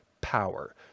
power